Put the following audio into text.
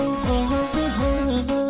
who do